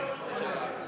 גם אני רוצה לברך.